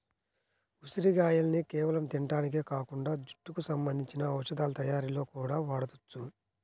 ఉసిరిగాయల్ని కేవలం తింటానికే కాకుండా జుట్టుకి సంబంధించిన ఔషధాల తయ్యారీలో గూడా వాడొచ్చు